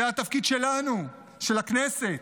זה התפקיד שלנו, של הכנסת,